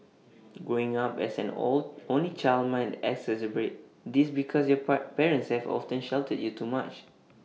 growing up as an old only child might exacerbate this because your part parents have often sheltered you too much